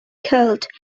killed